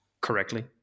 correctly